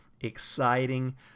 exciting